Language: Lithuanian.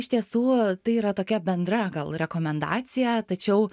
iš tiesų tai yra tokia bendra gal rekomendacija tačiau